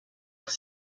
leur